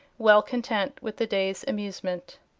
well content with the day's amusement.